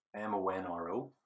M-O-N-R-O